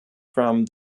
from